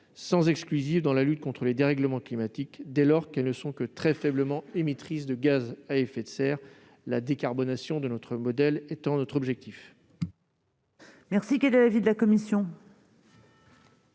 sans exclusive dans la lutte contre les dérèglements climatiques, dès lors qu'elles ne sont que très faiblement émettrices de gaz à effet de serre, la décarbonation de notre modèle étant notre objectif.